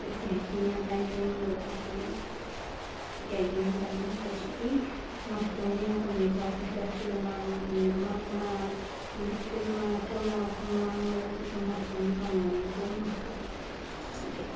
बच्ची शच्ची लेई ताईं तोईं मगर आपें जेह्के आई जान करनी आं कोशिश कि मस्त रौहनी में कम्मे च अपने स्वेटर बुनां रमाल बनां गुल्लदस्ते बनां एह्का बनां ओह्का बनां मगर एह्दे च गै मस्त रौह्न्नी कम्म करने बहुत मस्त आं